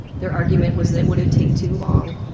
their argument was that would it take too long.